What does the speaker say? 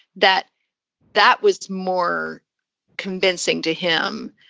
that that was more convincing to him,